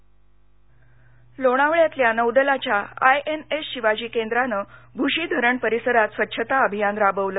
भूशी धरण स्वच्छता लोणावळ्यातल्या नौदलाच्या आय एन एस शिवाजी केंद्रानं भूशी धरण परिसरात स्वच्छता अभियान राबवलं